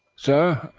sir,